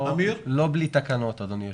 לא בלי תקנות, אדוני היו"ר.